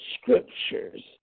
scriptures